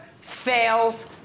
fails